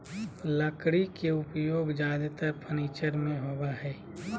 लकड़ी के उपयोग ज्यादेतर फर्नीचर में होबो हइ